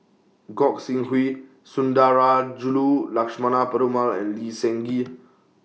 Gog Sing Hooi Sundarajulu Lakshmana Perumal and Lee Seng Gee